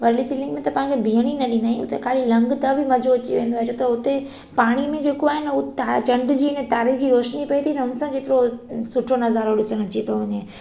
वर्ली सीलिंग में त पाण खे बीहण ई न ॾींदा आहियूं उते ख़ाली लंघ त बि मज़ो अची वेंदो आहे छो त हुते पाणीअ में जेको आहे न उहो चंड जी ऐं तारे जी रोशिनी पिए थी न त एतिरो सुठो नज़ारो ॾिसण में अची थो वञे